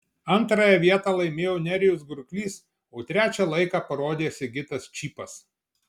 antrąją vietą laimėjo nerijus gurklys o trečią laiką parodė sigitas čypas